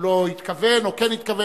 הוא לא התכוון או כן התכוון,